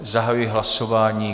Zahajuji hlasování.